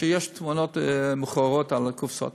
שיש תמונות מכוערות על הקופסאות.